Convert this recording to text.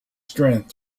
strength